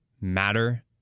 matter